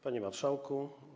Panie Marszałku!